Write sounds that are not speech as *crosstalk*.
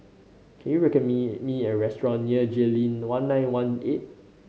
can you *unintelligible* me me a restaurant near Jayleen One Nine One Eight